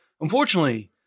Unfortunately